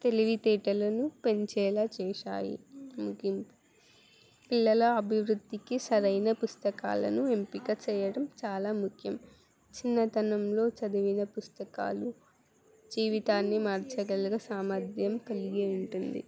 తెలివితేేటలను పెంచేలా చేశాయి ముఖ్యం పిల్లల అభివృద్ధికి సరైన పుస్తకాలను ఎంపిక చేయడం చాలా ముఖ్యం చిన్నతనంలో చదివిన పుస్తకాలు జీవితాన్ని మార్చగలగ సామర్థ్యం కలిగి ఉంటుంది